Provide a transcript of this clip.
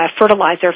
fertilizer